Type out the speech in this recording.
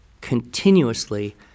continuously